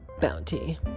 bounty